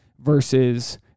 versus